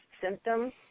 symptoms